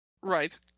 Right